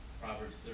Proverbs